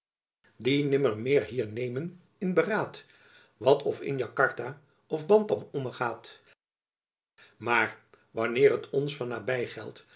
nimmermeer hier nemen in beraet wat of in jacatra of bantam ommegaet maer wanneer het ons van